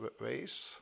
ways